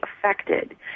affected